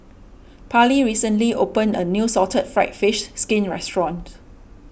Parlee recently opened a new Salted Fried Fish Skin restaurant